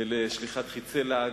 ולשליחת חצי לעג,